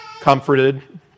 comforted